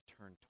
turn